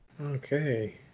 Okay